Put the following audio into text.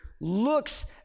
looks